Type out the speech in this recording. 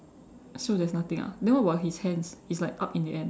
so there's nothing ah then what about his hands it's like up in the end